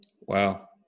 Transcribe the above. Wow